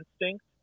instinct